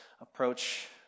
approach